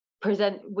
present